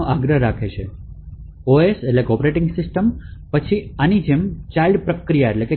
OS પછી આની જેમ ચાઇલ્ડ પ્રક્રિયા બનાવશે